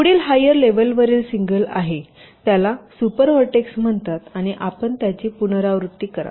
तर पुढील हायर लेवलवरील सिंगल आहे त्याला सुपर व्हर्टेक्स म्हणतात आणि आपण याची पुनरावृत्ती करा